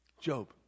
Job